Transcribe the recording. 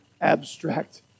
abstract